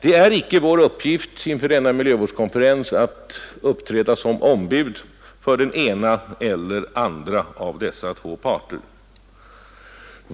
Det är icke vår uppgift inför miljövårdskonferensen att uppträda som ombud för den ena eller den andra av dessa två parter.